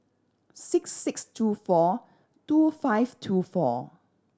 six six two four two five two four